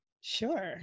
Sure